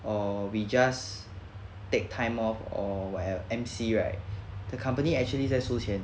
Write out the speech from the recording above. or we just take time off or whate~ M_C right the company actually 在输钱